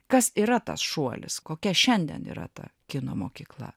kas yra tas šuolis kokia šiandien yra ta kino mokykla